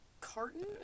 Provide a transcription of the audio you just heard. carton